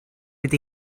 mynd